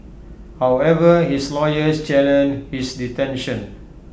however his lawyers challenged his detention